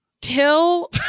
Till